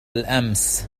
الأمس